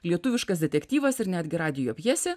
lietuviškas detektyvas ir netgi radijo pjesė